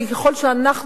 כי ככל שאנחנו,